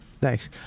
Thanks